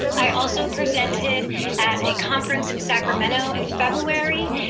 i also presented at a conference in sacramento in february,